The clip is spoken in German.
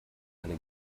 eine